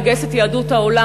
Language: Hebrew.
לגייס את יהדות העולם.